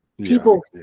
People